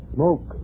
Smoke